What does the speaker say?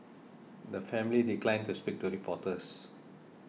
the family declined to speak to reporters